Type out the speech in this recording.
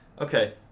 okay